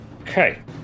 Okay